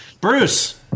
bruce